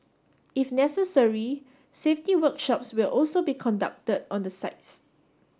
if necessary safety workshops will also be conducted on the sites